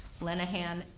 Lenahan